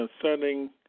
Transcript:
Concerning